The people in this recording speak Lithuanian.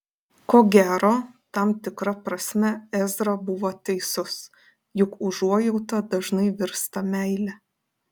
ko gero tam tikra prasme ezra buvo teisus juk užuojauta dažnai virsta meile